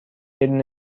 بدون